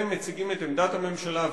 הם מציגים את עמדת הממשלה,